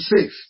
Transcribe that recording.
safe